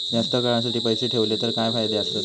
जास्त काळासाठी पैसे ठेवले तर काय फायदे आसत?